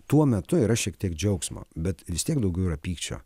tuo metu yra šiek tiek džiaugsmo bet vis tiek daugiau yra pykčio